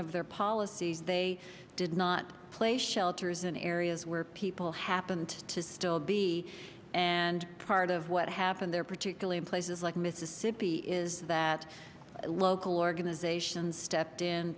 of their policy they did not play shelters in areas where people happened to still be and part of what happened there particularly in places like mississippi is that local organizations stepped in